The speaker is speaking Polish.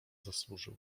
zasłużył